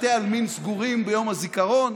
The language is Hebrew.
בתי עלמין סגורים ביום הזיכרון,